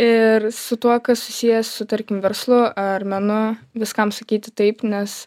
ir su tuo kas susiję su tarkim verslu ar menu viskam sakyti taip nes